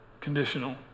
conditional